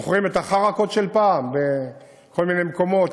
זוכרים את ה"חראקות" של פעם בכל מיני מקומות?